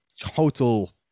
total